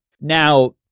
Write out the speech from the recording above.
Now